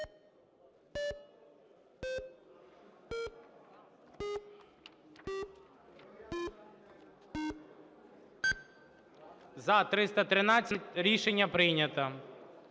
За-313 Рішення прийнято.